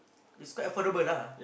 it's quite affordable lah